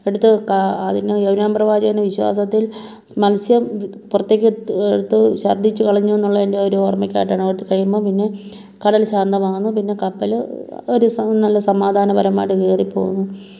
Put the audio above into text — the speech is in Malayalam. എടുത്ത് ക അതിങ്ങനെ യോഹന്നാൻ പ്രവാചകനെ വിശ്വാസത്തിൽ മത്സ്യം പുറത്തേക്ക് എടുത്തു ഛർദ്ദിച്ച് കളഞ്ഞു എന്നുള്ളതിൻ്റെ ഒരു ഓർമ്മക്കായിട്ടാണ് അതു കഴിയുമ്പം പിന്നെ കടൽ ശാന്തമാകുന്നു പിന്നെ കപ്പൽ ഒരു നല്ല സമാധാനപരമായിട്ട് കയറിപോകുന്നു